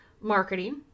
marketing